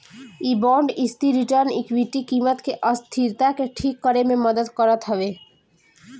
इ बांड स्थिर return equity कीमत के अस्थिरता के ठीक करे में मदद करत हवे